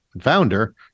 founder